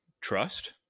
trust